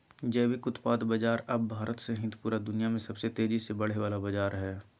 जैविक उत्पाद बाजार अब भारत सहित पूरा दुनिया में सबसे तेजी से बढ़े वला बाजार हइ